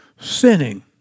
sinning